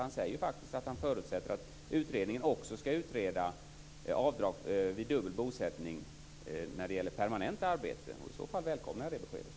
Han säger faktiskt att han förutsätter att utredningen också skall utreda frågan om avdrag vid dubbel bosättning när det gäller permanent arbete. Jag välkomnar det beskedet.